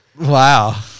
Wow